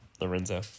lorenzo